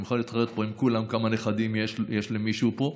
אני מוכן להתחרות עם כולם כמה נכדים יש למישהו פה.